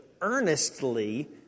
earnestly